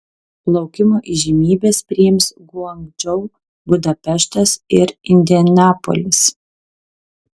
plaukimo įžymybes priims guangdžou budapeštas ir indianapolis